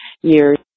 years